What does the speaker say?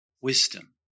wisdom